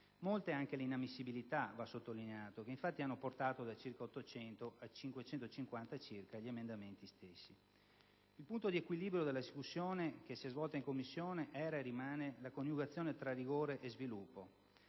Molte anche le inammissibilità, va sottolineato, che infatti hanno portato da circa 800 a circa 550 gli emendamenti stessi. Il punto di equilibrio della discussione che si è svolta in Commissione era e rimane la coniugazione tra rigore e sviluppo: